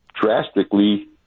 drastically